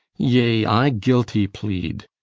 yea, i guilty plead.